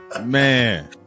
Man